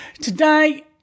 Today